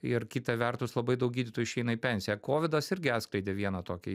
ir kita vertus labai daug gydytojų išeina į pensiją kovidas irgi atskleidė vieną tokią